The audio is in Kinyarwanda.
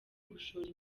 gushora